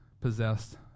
possessed